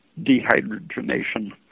dehydrogenation